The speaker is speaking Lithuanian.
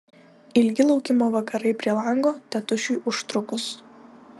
ilgi laukimo vakarai prie lango tėtušiui užtrukus